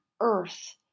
earth